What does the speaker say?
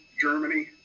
Germany